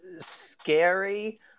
scary